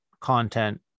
content